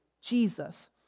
Jesus